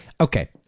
Okay